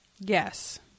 Yes